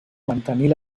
mantenir